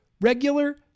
regular